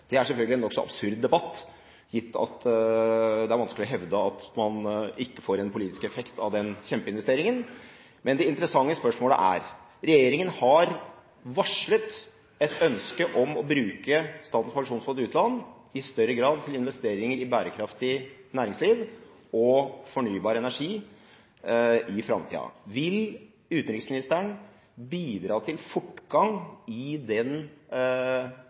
Det er selvfølgelig en nokså absurd debatt, gitt at det er vanskelig å hevde at man ikke får en politisk effekt av den kjempeinvesteringen. Men det interessante spørsmålet er at regjeringen har varslet et ønske om å bruke Statens pensjonsfond utland i større grad til investeringer i bærekraftig næringsliv og fornybar energi i framtida. Vil utenriksministeren bidra til fortgang i den